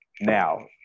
now